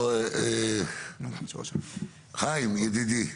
בוא, חיים ידידי.